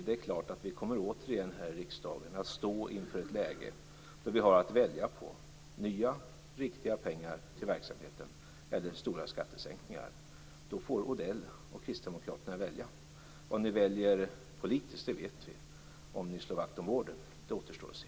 Det är klart att vi här i riksdagen återigen kommer att stå inför ett läge där vi har att välja mellan nya riktiga pengar till verksamheten eller stora skattesänkningar. Då får Mats Odell och Kristdemokraterna välja. Vad ni väljer politiskt vet vi. Om ni slår vakt om vården återstår att se.